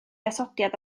atodiad